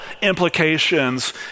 implications